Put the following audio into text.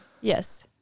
Yes